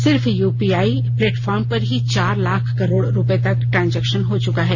सिर्फ UPI platform पर ही चार लाख करोड़ रुपए तक ट्रांजैक्शन हो चुका है